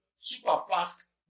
superfast